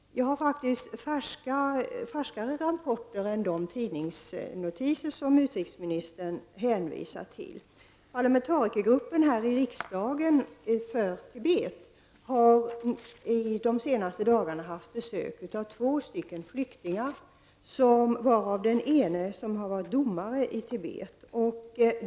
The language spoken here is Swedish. Jag har faktiskt färskare rapporter än de tidningsnotiser som utrikesministern hänvisar till. Parlamentarikergruppen i riksdagen för Tibet har under de senaste dagarna haft besök av två flyktingar. Den ene av dem har varit domare i Tibet.